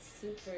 super